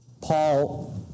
Paul